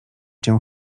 cię